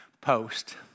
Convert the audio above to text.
post